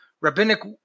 Rabbinic